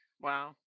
Wow